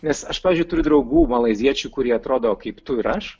nes aš pavyzdžiui turiu draugų malaiziečių kurie atrodo kaip tu ir aš